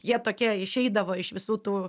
jie tokie išeidavo iš visų tų